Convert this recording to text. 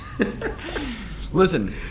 Listen